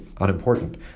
unimportant